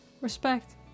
Respect